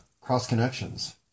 cross-connections